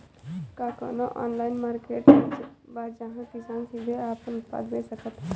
का कोनो online marketplace बा जहां किसान सीधे अपन उत्पाद बेच सकता?